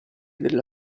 della